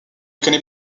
connaît